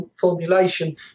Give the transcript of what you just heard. formulation